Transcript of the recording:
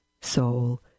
soul